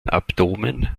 abdomen